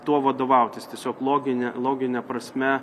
tuo vadovautis tiesiog logine logine prasme